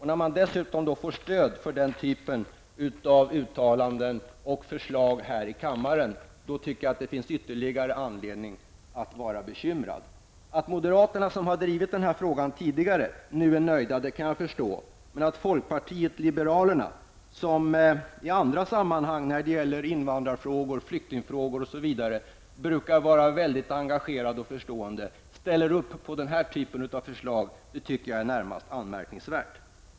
När dessutom denna typ av uttalanden och förslag från stöd här i kammaren finns det enligt min mening ytterligare anledning att vara bekymrad. Jag kan förstå att moderaterna, som tidigare har drivit denna fråga är nöjda. Men att ledamöter från folkpartiet liberalerna, som i andra sammanhang brukar vara mycket engagerade och förstående i invandrarfrågor och flyktingfrågor, ställer upp på den här typen av förslag är mycket anmärkningsvärt.